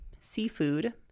seafood